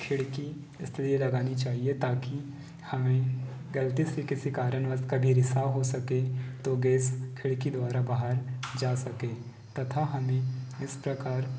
खिड़की इसलिए लगानी चाहिए ताकि हमें गलती से किसी कारणवश कभी रिसाव हो सके तो गैस खिड़की द्वारा बाहर जा सके तथा हमें इस प्रकार